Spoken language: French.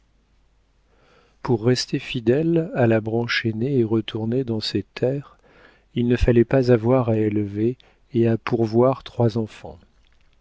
pour rester fidèle à la branche aînée et retourner dans ses terres il ne fallait pas avoir à élever et à pourvoir trois enfants